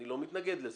אני לא מתנגד על זה.